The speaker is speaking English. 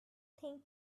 think